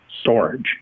storage